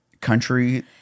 country